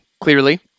clearly